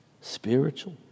Spiritual